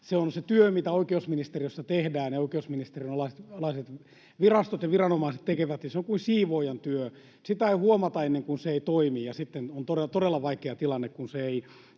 että se työ, mitä oikeusministeriössä tehdään, oikeusministeriön alaiset virastot ja viranomaiset tekevät, on kuin siivoojan työ: sitä ei huomata ennen kuin se ei toimi, ja sitten on todella vaikea tilanne, kun se ei